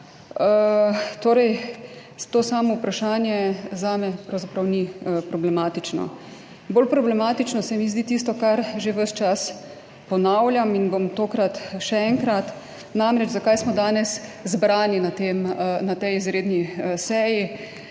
Torej, to samo vprašanje zame pravzaprav ni problematično. Bolj problematično se mi zdi tisto, kar že ves čas ponavljam in bom tokrat še enkrat. Namreč, zakaj smo danes zbrani na tem, na tej izredni seji?